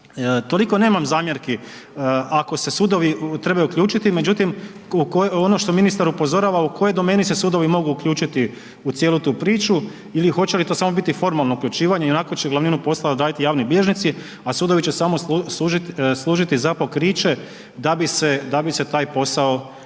toliko nemam zamjerki ako se sudovi trebaju uključiti, međutim ono što ministar upozorava u kojoj domeni se sudovi mogu uključiti u cijelu tu priču ili hoće li to samo biti formalno uključivanje, iako će glavninu posla odraditi javni bilježnici, a sudovi će samo služiti za pokriće da bi se taj posao odradio.